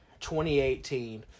2018